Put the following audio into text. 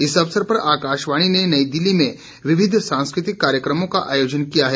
इस अवसर पर आकाशवाणी ने नई दिल्ली में विविध सांस्कृतिक कार्यक्रमों का आयोजन किया है